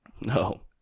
No